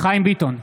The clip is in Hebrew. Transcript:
חיים ביטון,